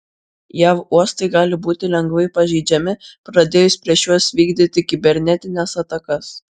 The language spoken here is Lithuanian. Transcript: jav uostai gali būti lengvai pažeidžiami pradėjus prieš juos vykdyti kibernetines atakas